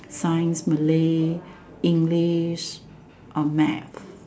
science Malay English um math